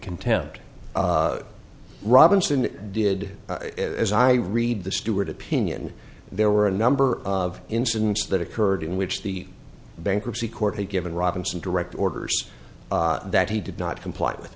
contempt robinson did as i read the stewart opinion there were a number of incidents that occurred in which the bankruptcy court had given robinson direct orders that he did not comply with